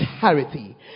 charity